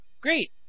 Great